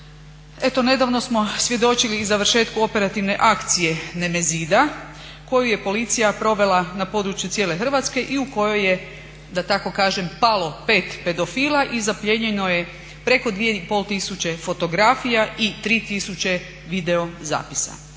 eto nedavno smo svjedočili i završetku operativne akcije "Nemezida" koju je policija provela na području cijele Hrvatske i u kojoj je da tako kažem "palo" 5 pedofila i zaplijenjeno je preko 2,5 tisuće fotografija i 3000 video zapisa.